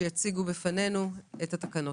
שיציגו בפנינו את התקנות.